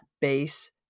base